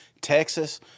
Texas